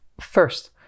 first